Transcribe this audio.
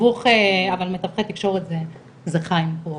אבל מתווכי תקשורת זה חיים, הוא